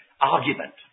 argument